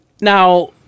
Now